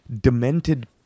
demented